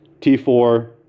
T4